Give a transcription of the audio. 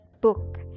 book